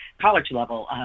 college-level